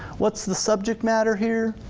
what's the subject matter here?